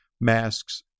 masks